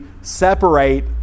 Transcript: separate